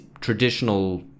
traditional